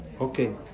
okay